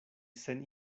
sen